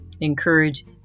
encourage